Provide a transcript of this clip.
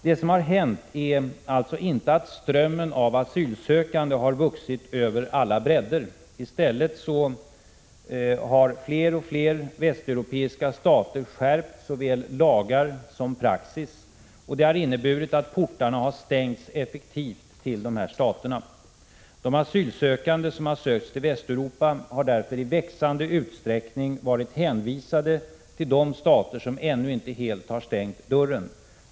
Det som har hänt är alltså inte att strömmen av asylsökande har vuxit över alla bräddar. I stället har fler och fler västeuropeiska stater skärpt såväl lagar som praxis. Det har inneburit att portarna till dessa stater har stängts effektivt. De asylsökande som har sökt sig till Västeuropa har därför i växande utsträckning varit hänvisade till de stater som ännu inte helt har stängt dörren.